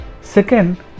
Second